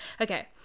okay